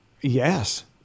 Yes